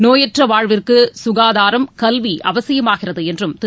நோயற்ற வாழ்விற்கு சுகாதாரம் கல்வி அவசியமாகிறது என்றும் திரு